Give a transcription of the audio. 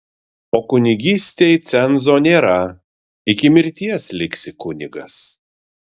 o kunigystei cenzo nėra iki mirties liksi kunigas